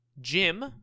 Jim